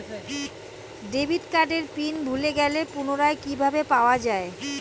Debit কার্ডের pin ভুলে গেলে পুনরায় কিভাবে পাওয়া য়ায়?